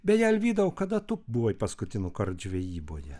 beje alvyda o kada tu buvai paskutinįkart žvejyboje